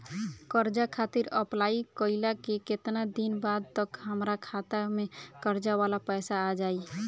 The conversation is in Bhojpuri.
कर्जा खातिर अप्लाई कईला के केतना दिन बाद तक हमरा खाता मे कर्जा वाला पैसा आ जायी?